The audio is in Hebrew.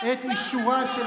רק ביביקטטורה צריכה שרת